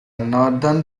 northern